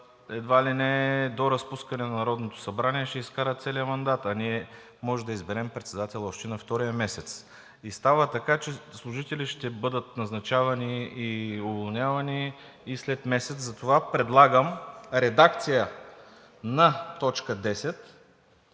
едва ли не до разпускане на Народното събрание, ще изкара целия мандат, а ние може да изберем председател още на втория месец. И става така, че служители ще бъдат назначавани и уволнявани и след месец. Затова предлагам редакцията на т. 10